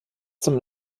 zum